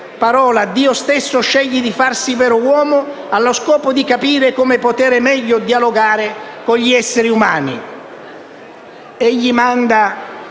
Dio stesso sceglie di farsi vero uomo allo scopo di capire come potere meglio dialogare con gli esseri umani.